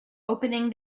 opening